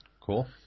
Cool